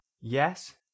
yes